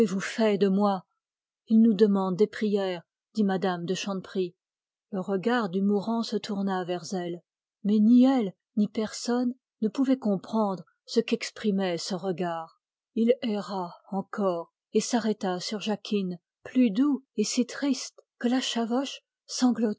de moi il nous demande des prières dit me m de chanteprie le regard du mourant se tourna vers elle mais ni elle ni personne ne pouvait comprendre ce qu'exprimait ce regard il erra encore et s'arrêta sur jacquine plus doux et si triste que la chavoche sanglota